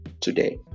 today